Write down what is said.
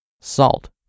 salt